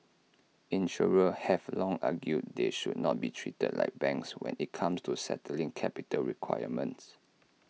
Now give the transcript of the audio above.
insurers have long argued they should not be treated like banks when IT comes to setting capital requirements